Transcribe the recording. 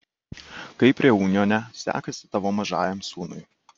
kaip reunjone sekasi tavo mažajam sūnui